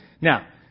Now